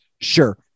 Sure